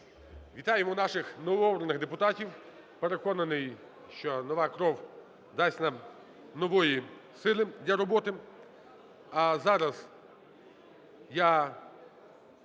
Вітаємо наших новообраних депутатів. Переконаний, що нова кров дасть нам нової сили для роботи.